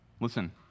Listen